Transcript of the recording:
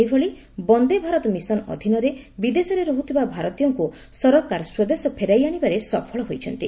ସେହିଭଳି ବନ୍ଦେ ଭାରତ ମିଶନ ଅଧୀନରେ ବିଦେଶରେ ରହୁଥିବା ଭାରତୀୟଙ୍କୁ ସରକାର ସ୍ପଦେଶ ଫେରାଇ ଆଣିବାରେ ସଫଳ ହୋଇଛନ୍ତି